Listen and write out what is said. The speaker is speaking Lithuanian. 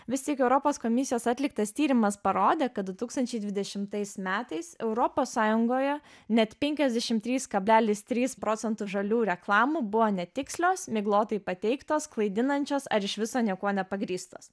vis tik europos komisijos atliktas tyrimas parodė kad du tūkstančiai dvidešimtais metais europos sąjungoje net penkiasdešim trys kablelis trys procentų žalių reklamų buvo netikslios miglotai pateiktos klaidinančios ar iš viso niekuo nepagrįstos